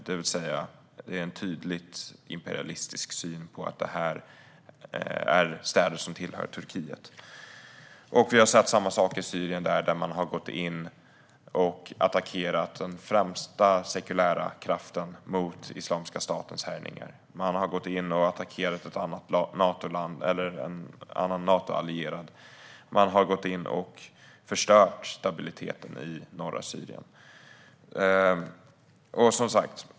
Det är en tydligt imperialistisk syn att det här är städer som tillhör Turkiet. Vi har sett samma sak i Syrien, där Turkiet har gått in och attackerat den främsta sekulära kraften mot Islamiska statens härjningar. De har gått in och attackerat en annan Natoallierad. De har gått in och förstört stabiliteten i norra Syrien.